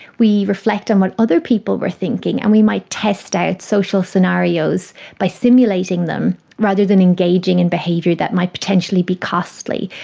we reflect on what other people were thinking, and we might test out social scenarios by simulating them rather than engaging in behaviour that might potentially be costly.